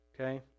Okay